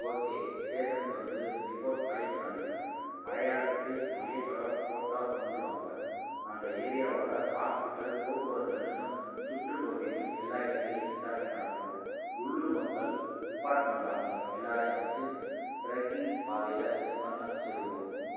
okay ஸ்டேஷனுக்கு வந்து report file பண்ணுங்கள் அடையாளத்துக்கு மகேஷோடய ஃபோட்டா கொண்டு வாங்க அந்த ஏரியாவோடய ஹாஸ்பிடல் போக்குவரத்து நிறுத்தம் சுற்றுப் பகுதின்னு எல்லா இடத்திலையும் விசாரணை நடத்துவோம் உள்ளூர் மக்கள் டிபார்ட்மெண்ட் ஆளுங்கள் எல்லோரையும் வச்சு டிரக்கிங் பாதையில் செக் பண்ண சொல்லுவோம்